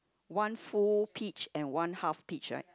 one full peach and one half peach right